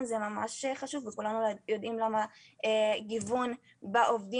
הזה הוא ממש חשוב וכולם יודעים למה גיוון בעובדים,